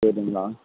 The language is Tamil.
சரிங்களா